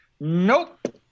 Nope